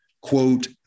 quote